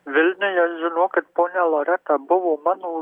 vilniuje žinokit ponia loreta buvo mano